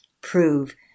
prove